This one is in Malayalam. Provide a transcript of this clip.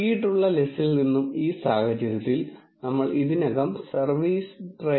നൽകിയിട്ടുള്ള ലെസിൽ നിന്നും ഈ സാഹചര്യത്തിൽ നമ്മൾ ഇതിനകം servicetraindata